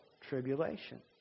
tribulation